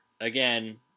again